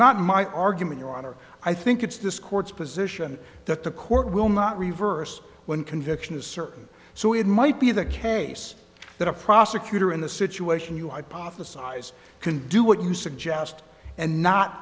not my argument your honor i think it's this court's position that the court will not reverse when conviction is certain so it might be the case that a prosecutor in the situation you hypothesize can do what you suggest and not